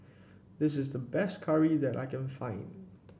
this is the best curry that I can find